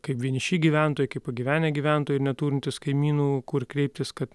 kaip vieniši gyventojai kaip pagyvenę gyventojai neturintys kaimynų kur kreiptis kad